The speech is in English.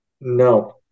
No